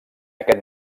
aquest